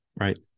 Right